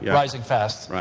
yeah rising fast.